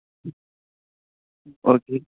okay